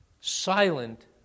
silent